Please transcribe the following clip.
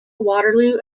waterloo